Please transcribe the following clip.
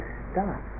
stop